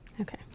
Okay